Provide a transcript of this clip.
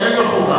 אבל אין לו חובה.